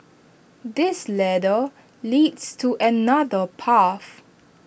this ladder leads to another path